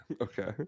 Okay